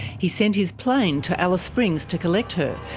he sent his plane to alice springs to collect her,